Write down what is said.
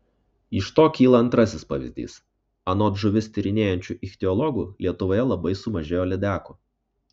iš to kyla antrasis pavyzdys anot žuvis tyrinėjančių ichtiologų lietuvoje labai sumažėjo lydekų